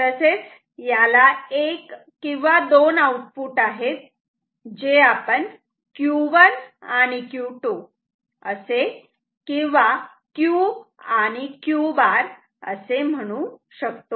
तसेच याला एक किंवा दोन आउटपुट आहेत जे आपण Q1 आणि Q2 असे किंवा Q आणि Q' असे म्हणू शकतो